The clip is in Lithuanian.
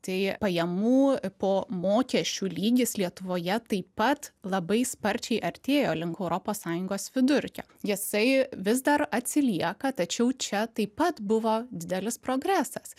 tai pajamų po mokesčių lygis lietuvoje taip pat labai sparčiai artėjo link europos sąjungos vidurkio jisai vis dar atsilieka tačiau čia taip pat buvo didelis progresas